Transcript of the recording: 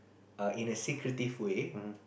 err in a secretive way